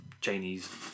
Chinese